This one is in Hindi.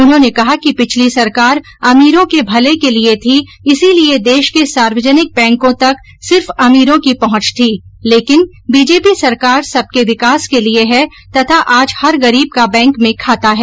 उन्होंने कहा कि पिछली सरकार अमीरों के भले के लिये थी इसीलिये देश के सार्वजनिक बैंकों तक सिर्फ अमीरों की पहुंच थी लेकिन बीजेपी सरकार सबके विकास के लिये है तथा आज हर गरीब का बैंक में खाता है